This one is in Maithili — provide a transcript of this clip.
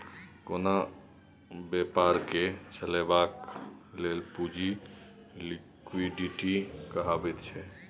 कोनो बेपारकेँ चलेबाक लेल पुंजी लिक्विडिटी कहाबैत छै